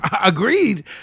Agreed